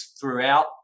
throughout